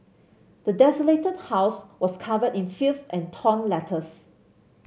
the desolated house was covered in filth and torn letters